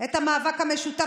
את המאבק המשותף.